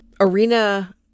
arena